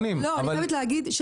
אני חייבת להגיד -- אין בעיה,